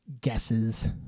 guesses